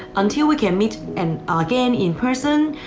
until we can meet and again in person,